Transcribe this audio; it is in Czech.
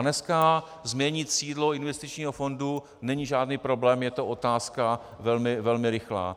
Dneska změnit sídlo investičního fondu není žádný problém, je to otázka velmi rychlá.